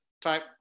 type